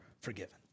forgiven